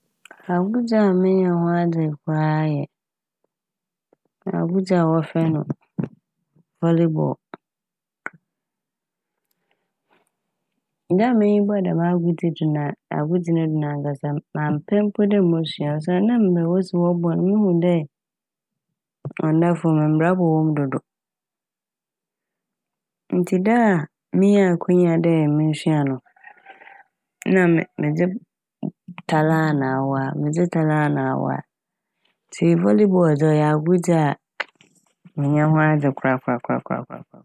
Agodzi a mennyɛ ho adze koraa yɛ agodzi a wɔfrɛ no "volley ball". Da a m'enyi bɔɔ dɛm agodzi do na a agodzi no do anakasa no mammpɛ mpo dɛ mosua osiandɛ na mbrɛ wosi a wɔbɔ n' no muhu dɛ ɔnnda famu mbra bɔwɔ mu dodow. Ntsi da a minyaa akwanya dɛ mensua no na me- medze tar a na awaa medze tar a na awaa ntsi "volley ball" dze ɔyɛ agodzi a mennyɛ ho adze korakorakorakoraa.